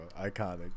Iconic